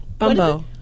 Bumbo